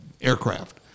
aircraft